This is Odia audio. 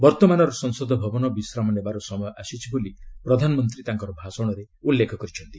ବର୍ତ୍ତମାନର ସଂସଦ ଭବନ ବିଶ୍ରାମ ନେବାର ସମୟ ଆସିଛି ବୋଲି ପ୍ରଧାନମନ୍ତ୍ରୀ ତାଙ୍କର ଭାଷଣରେ ଉଲ୍ଲେଖ କରିଛନ୍ତି